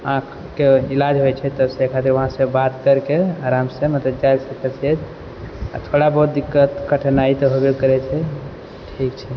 आँखके इलाज होइ छै तब से खातिर वहाँसँ बात कैरके आरामसँ मतलब जाइ छै आओर थोड़ा बहुत दिक्कत कठिनाइ तऽ होबे करै छै ठीक छै